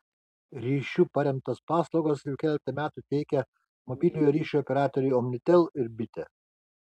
ryšiu paremtas paslaugas jau keletą metų teikia mobiliojo ryšio operatoriai omnitel ir bitė